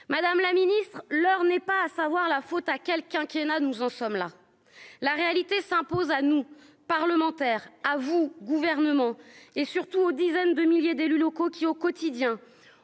Madame la Ministre, l'heure n'est pas, à savoir la faute à quelqu'un qui en a, nous en sommes là la réalité s'impose à nous, parlementaires, avoue, gouvernement et surtout aux dizaines de milliers d'élus locaux qui, au quotidien,